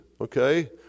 okay